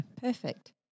perfect